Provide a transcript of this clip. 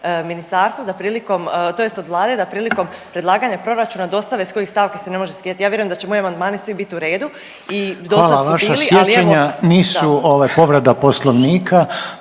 ministarstva da prilikom tj. od Vlade da prilikom predlaganja proračuna dostave s kojih stavki se ne može skidati. Ja vjerujem da će moji amandmani svi biti u redu i dosad su bili ali